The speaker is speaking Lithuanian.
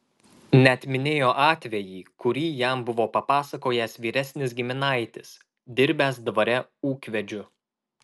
net minėjo atvejį kurį jam buvo papasakojęs vyresnis giminaitis dirbęs dvare ūkvedžiu